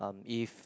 um if